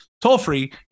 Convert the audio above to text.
toll-free